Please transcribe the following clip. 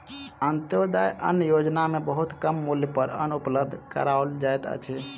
अन्त्योदय अन्न योजना में बहुत कम मूल्य पर अन्न उपलब्ध कराओल जाइत अछि